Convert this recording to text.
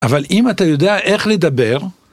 אבל אם אתה יודע איך לדבר